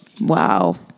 Wow